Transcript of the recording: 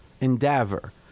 endeavor